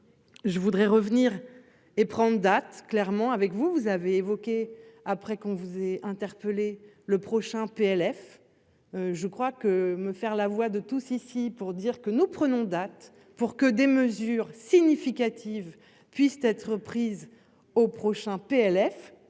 Je voudrais revenir et prendre date clairement avec vous, vous avez évoqué après qu'on faisait interpeller le prochain PLF. Je crois que me faire la voix de tous ici pour dire que nous prenons date pour que des mesures significatives puissent être prises au prochain PLF